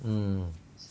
mm